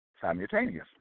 simultaneously